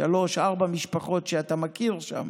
שלוש-ארבע משפחות שאתה מכיר שם,